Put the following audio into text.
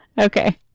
Okay